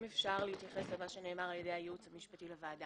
--- אם אפשר להתייחס אל מה שנאמר על ידי הייעוץ המשפטי לוועדה.